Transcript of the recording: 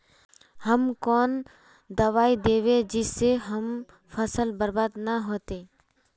हम कौन दबाइ दैबे जिससे हमर फसल बर्बाद न होते?